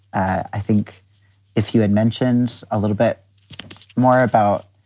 i think if you had mentions a little bit more about,